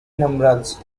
numerals